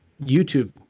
YouTube